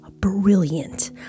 brilliant